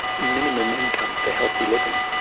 minimum income for healthy living,